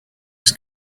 his